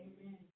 Amen